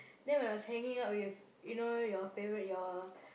then when I was hanging out with you know your favourite your